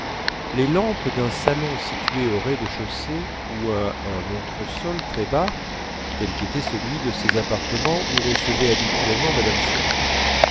les lampes d'un salon situé au rez-de-chaussée ou à un entresol très bas tel qu'était celui de ses appartements où recevait habituellement mme swann